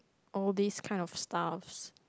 all this kind of stuffs